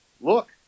look